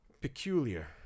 Peculiar